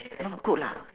no good lah